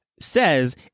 says